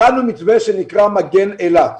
מתווה שנקרא מגן אילת.